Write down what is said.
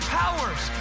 powers